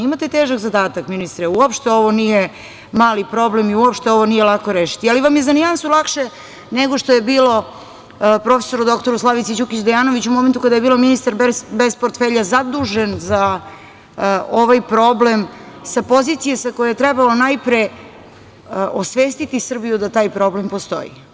Imate težak zadatak ministre, uopšte ovo nije mali problem i uopšte ovo nije lako rešiti, ali vam je za nijansu lakše nego što je bilo prof. dr Slavici Đukić Dejanović u momentu kada je bila ministar bez portfelja zadužen za ovaj problem sa pozicije sa koje trebalo najpre osvestiti Srbiju, da taj problem postoji.